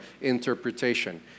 interpretation